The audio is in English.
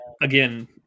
Again